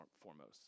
foremost